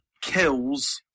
kills